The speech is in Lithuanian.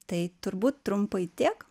tai turbūt trumpai tiek